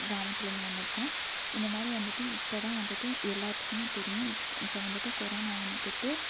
கிராமத்தில் இருந்து வந்திருக்கோம் இந்த மாதிரி வந்துட்டு இப்போ தான் வந்துட்டு எல்லாத்துக்குமே தெரியம் இப் இப்போ வந்துட்டு கொரோனா வந்துட்டு